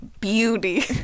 beauty